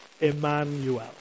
Emmanuel